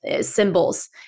symbols